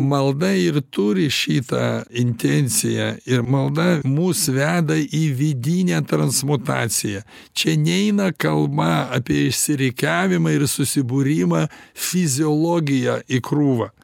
malda ir turi šitą intenciją ir malda mus veda į vidinę transmutaciją čia neina kalba apie išsirikiavimą ir susibūrimą fiziologija į krūvą